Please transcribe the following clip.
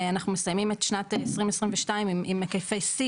אנחנו מסיימים את שנת 2022 עם היקפי שיא